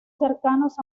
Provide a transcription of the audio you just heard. cercanos